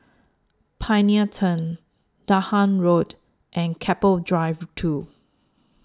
Pioneer Turn Dahan Road and Keppel Drive two